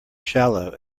shallow